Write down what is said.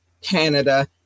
Canada